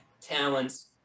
talents